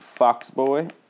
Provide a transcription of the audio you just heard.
foxboy